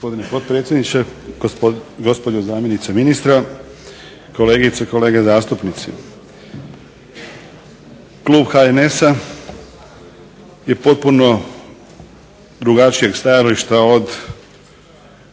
Gospodine potpredsjedniče, gospođo zamjenice ministra, kolegice i kolege zastupnici. Klub HNS-a je potpuno drugačijeg stajališta od